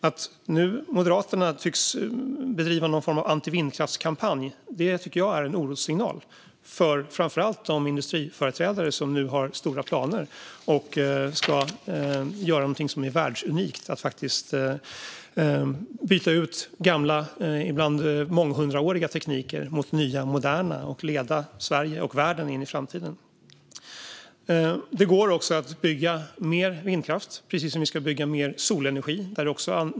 Att Moderaterna nu tycks bedriva någon form av antivindkraftskampanj tycker jag är en orossignal, framför allt för de industriföreträdare som nu har stora planer och ska göra någonting som är världsunikt, nämligen att byta ut gamla och ibland månghundraåriga tekniker mot nya moderna och leda Sverige och världen in i framtiden. Det går också att bygga mer vindkraft, precis som vi ska bygga mer solenergi.